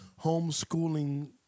homeschooling